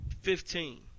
Fifteen